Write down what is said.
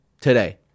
today